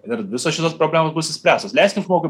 ir visos šitos pagalbos bus išspręstos leiskim žmogui